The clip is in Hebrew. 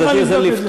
אני מוכן לבדוק את זה.